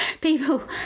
People